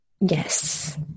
Yes